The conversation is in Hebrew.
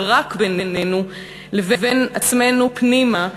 ורק בינינו לבין עצמנו פנימה,